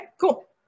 cool